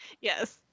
Yes